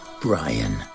Brian